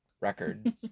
record